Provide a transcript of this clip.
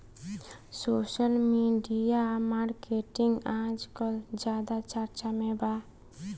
social media marketing आजकल ज्यादा चर्चा में बा